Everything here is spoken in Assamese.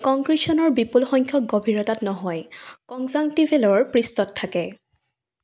কংক্ৰিচনৰ বিপুল সংখ্যক গভীৰতাত নহয় কনজাংটিভেলৰ পৃষ্ঠত থাকে